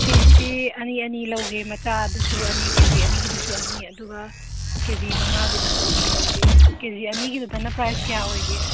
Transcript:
ꯄꯤꯁꯇꯤ ꯑꯅꯤ ꯑꯅꯤ ꯂꯧꯒꯦ ꯃꯆꯥꯗꯨꯁꯨ ꯑꯅꯤ ꯀꯦ ꯖꯤ ꯑꯅꯤꯒꯤꯗꯨꯁꯨ ꯑꯅꯤ ꯑꯗꯨꯒ ꯀꯦ ꯖꯤ ꯃꯉꯥꯒꯤꯗꯨꯁꯨ ꯑꯅꯤ ꯂꯧꯒꯦ ꯀꯦ ꯖꯤ ꯑꯅꯤꯒꯤꯗꯨꯗꯅ ꯄ꯭ꯔꯥꯏꯁ ꯀꯌꯥ ꯑꯣꯏꯒꯦ